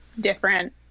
different